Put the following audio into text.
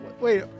Wait